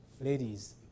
Ladies